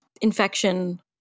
infection